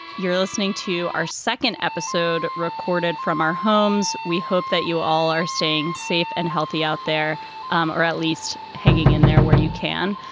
you're listening to our second episode recorded from our homes. we hope that you all are staying safe and healthy out there um or at least hanging in there where you can.